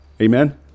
Amen